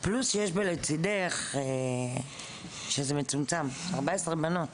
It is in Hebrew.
הפלוס שיש ב"לצידך", שזה מצומצם, 14 בנות.